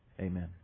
Amen